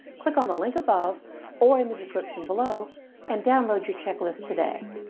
click on the link above or in the description below and download your checklist today!